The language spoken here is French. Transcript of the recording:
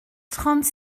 trente